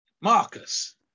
Marcus